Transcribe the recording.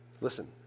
Listen